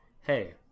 hey